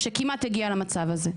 שכמעט הגיעה למצב הזה.